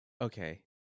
Okay